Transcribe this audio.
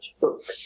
book